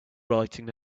writing